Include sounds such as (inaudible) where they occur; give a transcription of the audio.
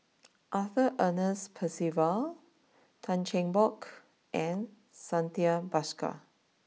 (noise) Arthur Ernest Percival Tan Cheng Bock and Santha Bhaskar